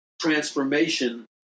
transformation